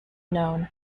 known